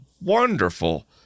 wonderful